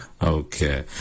Okay